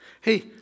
Hey